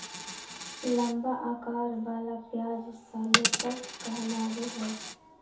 लंबा अकार वला प्याज शलोट्स कहलावय हय